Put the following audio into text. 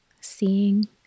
seeing